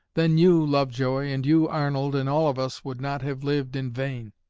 then you, lovejoy, and you, arnold, and all of us, would not have lived in vain!